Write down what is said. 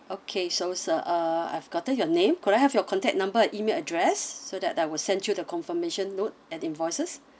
okay so sir uh I've gotten your name could I have your contact number and email address so that I will send you the confirmation note and invoices